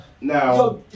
now